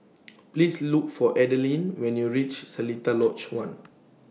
Please Look For Adilene when YOU REACH Seletar Lodge one